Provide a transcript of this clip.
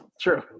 True